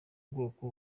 bwoko